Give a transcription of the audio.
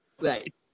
Right